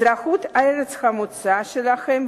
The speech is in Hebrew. אזרחות ארץ המוצא שלהם,